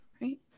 right